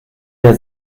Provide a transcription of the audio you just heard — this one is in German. der